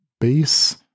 base